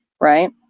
right